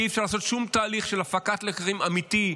כי אי-אפשר לעשות שום תהליך של הפקת לקחים אמיתי,